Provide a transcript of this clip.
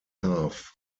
half